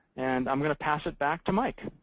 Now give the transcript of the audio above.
and i'm going to pass it back to mike.